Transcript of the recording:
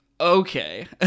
okay